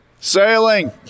Sailing